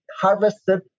harvested